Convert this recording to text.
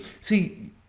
see